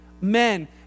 men